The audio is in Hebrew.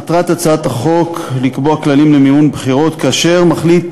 מטרת הצעת החוק לקבוע כללים למימון בחירות כאשר מחליט